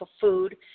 food